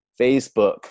Facebook